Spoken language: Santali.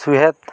ᱥᱩᱦᱮᱛ